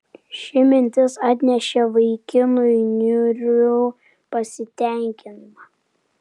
ši mintis atnešė vaikinui niūrų pasitenkinimą